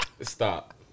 stop